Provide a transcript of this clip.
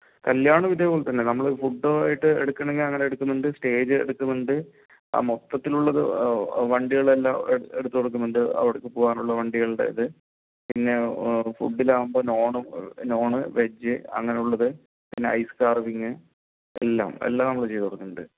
കല്യാണം ഇതേപോലെ തന്നെ നമ്മൾ ഫുഡ് ആയിട്ട് എടുക്കണുണ്ടെങ്കിൽ അങ്ങനെ എടുക്കുന്നുണ്ട് സ്റ്റേജ് എടുക്കുന്നുണ്ട് മൊത്തത്തിൽ ഉള്ള ഒരു വണ്ടികളെല്ലാം എടുത്ത് കൊടുക്കുന്നുണ്ട് അവർക്ക് പോകാനുള്ള വണ്ടികളുടെ അത് പിന്നെ ഫുഡിൽ ആകുമ്പോൾ നോൺ നോൺ വെജ് അങ്ങനെയുള്ളത് പിന്നെ ഐസ് കാർവിങ് എല്ലാം എല്ലാം നമ്മൾ ചെയ്ത് കൊടുക്കുന്നുണ്ട്